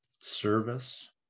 service